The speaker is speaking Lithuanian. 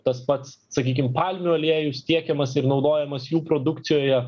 tas pats sakykim palmių aliejus tiekiamas ir naudojamas jų produkcijoje